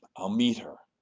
i'll meet her.